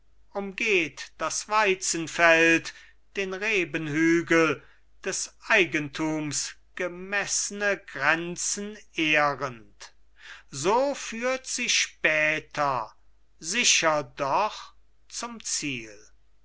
umgeht das weizenfeld den rebenhügel des eigentums gemeßne grenzen ehrend so führt sie später sicher doch zum ziel